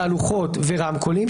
תהלוכות ורמקולים,